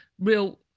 real